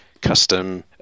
custom